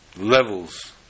levels